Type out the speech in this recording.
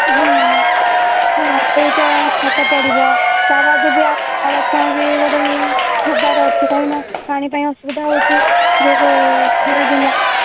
ହୁଁ ହଁ ସେଇଟା ଛାତ ପଡ଼ିବ ତା ବାଦେ ବି ବି ଗୋଟେ ନଳକୂପ ଗୋଟେ ହେବାର ଅଛି କାହିଁକିନା ପାଣି ପାଇଁ ଅସୁବିଧା ହେଉଛି ଯୋଉ ଖରାଦିନ